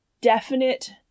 definite